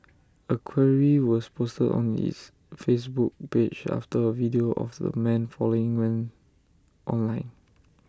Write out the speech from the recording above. A query was posted on its Facebook page after A video of the man falling went online